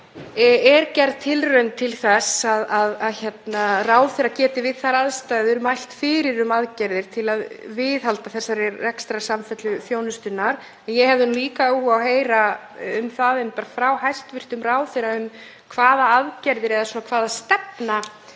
er gerð tilraun til þess að ráðherra geti við þær aðstæður mælt fyrir um aðgerðir til að viðhalda þessari rekstrarsamfellu þjónustunnar. Ég hefði líka áhuga á að heyra um það frá hæstv. ráðherra hvaða stefna